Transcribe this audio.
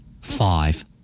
Five